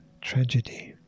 tragedy